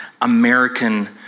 American